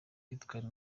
victoire